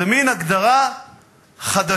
זו מין הגדרה חדשה,